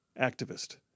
activist